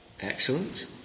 Excellent